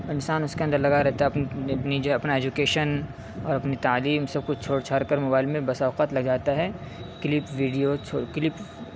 اور انسان اس کے اندر لگا رہتا ہے اپنی جو ہے اپنا جو ایجوکیشن اور اپنی تعلیم سب کچھ چھوڑ چھار کر موبائل میں بسا اوقات لگ جاتا ہے کلپ ویڈیو کلپس